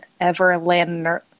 Everlander